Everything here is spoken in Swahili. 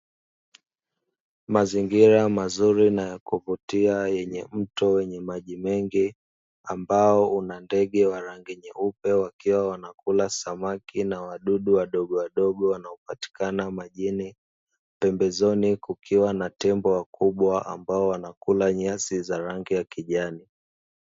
Mazingira mazuri na yakovutia yenye mto wenye maji mengi, ambao una ndege wa rangi nyeupe wakiwa wanakula samaki na wadudu wadogowadogo, wanaopatikana majini pembezoni kukiwa na tembo wakubwa ambao wanakula nyasi za rangi ya kijani.